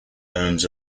owns